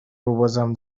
وبازم